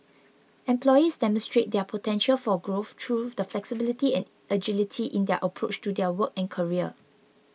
employees demonstrate their potential for growth through the flexibility and agility in their approach to their work and career